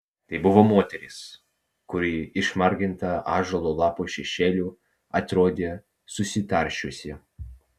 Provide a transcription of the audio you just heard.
tai buvo moteris kuri išmarginta ąžuolo lapo šešėlių atrodė susitaršiusi